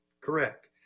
Correct